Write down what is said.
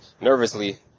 nervously